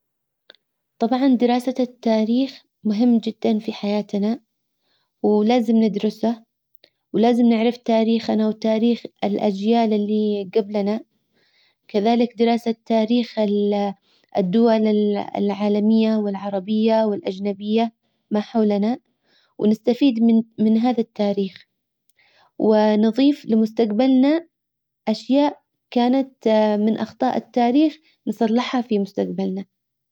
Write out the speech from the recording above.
طبعا دراسة التاريخ مهم جدا في حياتنا ولازم ندرسه ولازم نعرف تاريخنا وتاريخ الاجيال اللي جبلنا كذلك دراسة تاريخ الدول العالمية والعربية والاجنبية ما حولنا ونستفيد من من هذا التاريخ. ونظيف لمستجبلنا اشياء كانت من اخطاء التاريخ نصلحها في مستجبلنا.